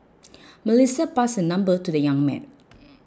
Melissa passed her number to the young man